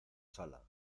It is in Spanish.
sala